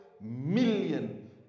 million